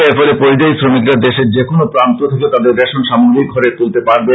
এর ফলে পরিযায়ী শ্রমিকরা দেশের যেকোন প্রান্ত থেকে রেশন সামগ্রী ঘরে তুলতে পারবেন